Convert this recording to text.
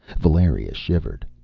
valeria shivered.